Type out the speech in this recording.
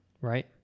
right